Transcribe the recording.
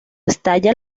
estalla